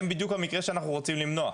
הם בדיוק המקרים שאנחנו רוצים למנוע.